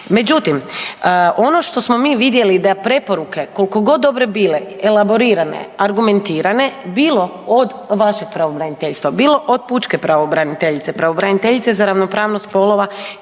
Međutim, ono što smo mi vidjeli da preporuke koliko god dobre bile elaborirane, argumentirane bilo od vašeg pravobraniteljstva, bilo od pučke pravobraniteljice, pravobraniteljice za ravnopravnost spolova